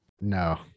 No